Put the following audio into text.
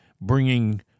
bringing